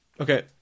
Okay